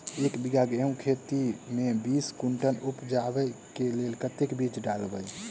एक बीघा गेंहूँ खेती मे बीस कुनटल उपजाबै केँ लेल कतेक बीज डालबै?